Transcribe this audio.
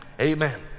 amen